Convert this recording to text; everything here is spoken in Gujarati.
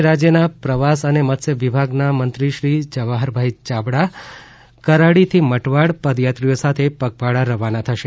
આજે રાજયના પ્રવાસ અને મત્સ્ય વિભાગના મંત્રી શ્રી જવાહરભાઇ ચાવડા કરાડીથી મટવાડ પદયાત્રિ ઓ સાથે પગપાળા રવાના થશે